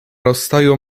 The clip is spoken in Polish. rozstaju